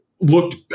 looked